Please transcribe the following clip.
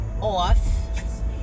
off